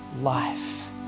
life